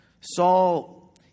Saul